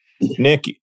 Nick